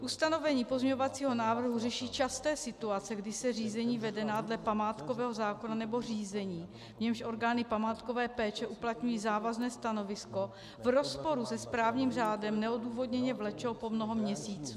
Ustanovení pozměňovacího návrhu řeší časté situace, kdy se řízení vedená dle památkového zákona nebo řízení, jímž orgány památkové péče uplatňují závazné stanovisko, v rozporu se správním řádem neodůvodněně vlečou po mnoho měsíců.